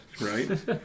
right